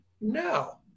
No